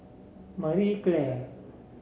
Marie Claire